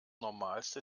normalste